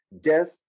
death